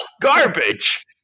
garbage